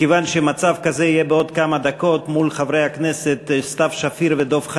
מכיוון שמצב כזה יהיה בעוד כמה דקות מול חברי הכנסת סתיו שפיר ודב חנין.